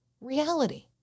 reality